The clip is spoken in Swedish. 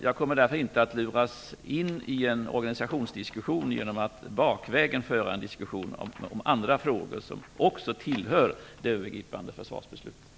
Jag kommer därför inte att låta mig luras in i en organisationsdiskussion genom att bakvägen föra en diskussion om andra frågor som tillhör det övergripande försvarsbeslutet.